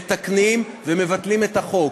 מתקנים ומבטלים את החוק.